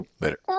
Later